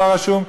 לא רשום.